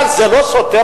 אבל זה לא סותר,